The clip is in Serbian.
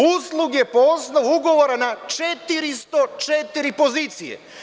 Usluge po osnovu ugovora na 404 pozicije.